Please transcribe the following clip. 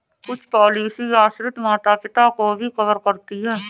कुछ पॉलिसी आश्रित माता पिता को भी कवर करती है